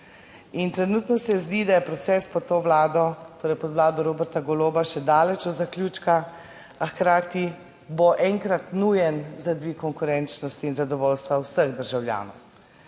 In trenutno se zdi, da je proces pod to Vlado, torej pod Vlado Roberta Goloba, še daleč od zaključka, a hkrati bo enkrat nujen za dvig konkurenčnosti in zadovoljstva vseh državljanov.